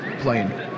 playing